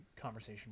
conversation